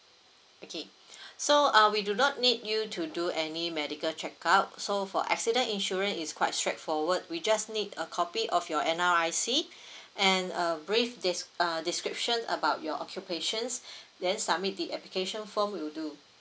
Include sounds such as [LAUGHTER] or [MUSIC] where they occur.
okay [BREATH] so uh we do not need you to do any medical check up so for accident insurance is quite straightforward we just need a copy of your N_R_I_C [BREATH] and a brief des~ uh description about your occupations [BREATH] then submit the application form will do